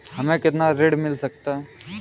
हमें कितना ऋण मिल सकता है?